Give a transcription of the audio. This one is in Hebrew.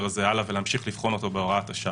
הזה הלאה ולהמשיך לבחון אותו בהוראת השעה.